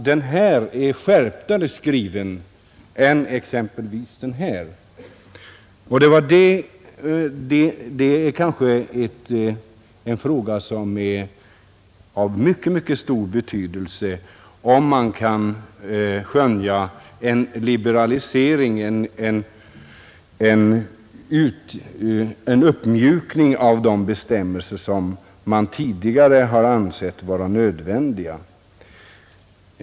Det är kanske en fråga av mycket stor betydelse om man kan skönja en liberalisering, en uppmjukning av de bestämmelser som tidigare har ansetts vara nödvändiga.